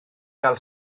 gael